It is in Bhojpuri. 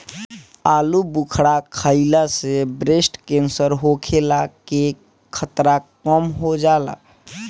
आलूबुखारा खइला से ब्रेस्ट केंसर होखला के खतरा कम हो जाला